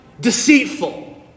deceitful